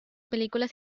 películas